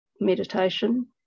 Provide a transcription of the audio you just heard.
meditation